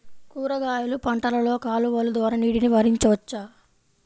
కూరగాయలు పంటలలో కాలువలు ద్వారా నీటిని పరించవచ్చా?